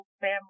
family